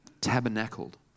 tabernacled